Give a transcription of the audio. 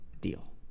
deal